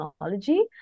technology